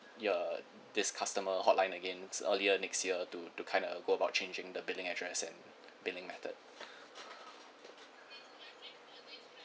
your uh this customer hotline again earlier next year to to kind of go about changing the billing address and billing method